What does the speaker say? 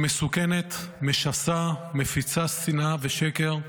היא מסוכנת, משסה, מפיצה שנאה ושקר,